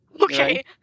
Okay